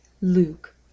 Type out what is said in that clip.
Luke